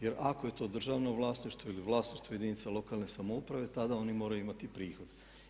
Jer ako je to državno vlasništvo ili vlasništvo jedinica lokalne samouprave tada oni moraju imati prihod.